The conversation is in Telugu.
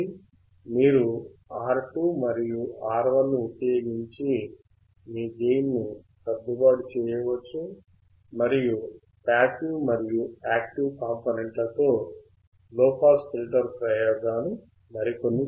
మీరు R2 మరియు R1 ని ఉపయోగించి మీ గెయిన్ ను సర్దుబాటు చేయవచ్చు మరియు పాసివ్ మరియు యాక్టివ్ కాంపొనెంట్లతో లోపాస్ ఫిల్టర్ ప్రయోగాలు మరికొన్ని చేద్దాం